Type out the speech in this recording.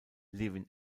levin